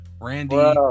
Randy